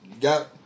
got